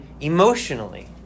emotionally